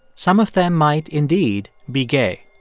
some of them might indeed be gay,